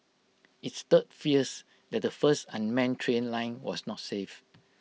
IT stirred fears that the first unmanned train line was not safe